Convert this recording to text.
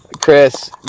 Chris